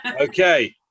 Okay